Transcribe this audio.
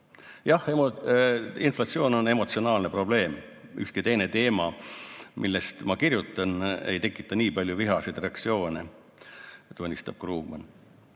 "Inflatsioon on emotsionaalne teema. Ükski teine teema, millest ma kirjutan, ei tekita nii palju vihaseid reaktsioone," tunnistab Krugman.